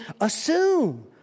assume